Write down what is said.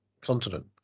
continent